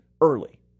early